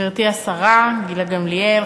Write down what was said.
גברתי השרה גילה גמליאל,